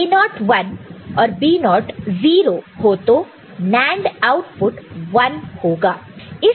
A0 1 और B0 0 हो तो NAND आउटपुट 1 होगा